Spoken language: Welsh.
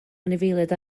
anifeiliaid